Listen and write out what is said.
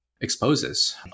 exposes